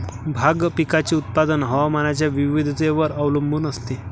भाग पिकाचे उत्पादन हवामानाच्या विविधतेवर अवलंबून असते